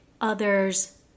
others